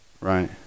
right